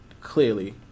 clearly